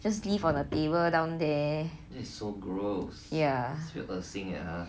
just leave on a table down there